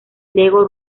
lego